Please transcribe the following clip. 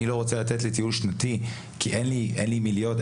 אני לא רוצה לצאת לטיול שנתי כי אין לי עם מי להיות,